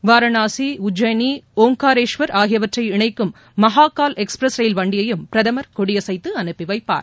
வாரணாசி உஜைனி ஓங்காரேஷ்வர் ஆகியவற்றை இணைக்கும் Mahakal express rail வண்டியையும் பிரதமர் கொடியசைத்துஅனுப்பிவைப்பார்